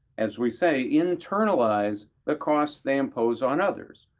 as we say, internalize the costs they impose on others.